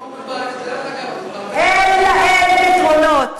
--- אין להם פתרונות.